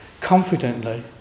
confidently